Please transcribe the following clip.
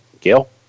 Gail